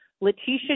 Letitia